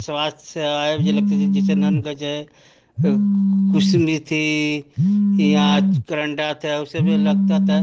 स्वास्थय सेवाएँ भी जो लगती थी जैसे ननगंज है कुसमिह थी या करंडा आता है उसमें लगता था